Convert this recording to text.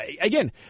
again